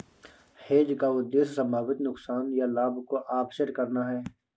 hedge का उद्देश्य संभावित नुकसान या लाभ को ऑफसेट करना है